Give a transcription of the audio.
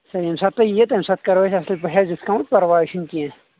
سر ییٚمہِ ساتہٕ تُہۍ یِیو تمہِ ساتہٕ کَرو أسۍ اصل پٲٹھۍ حظ ڈسکاونٹ پرواے چھُنہٕ کینہہ